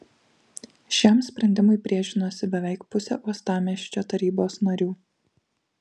šiam sprendimui priešinosi beveik pusė uostamiesčio tarybos narių